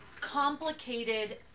complicated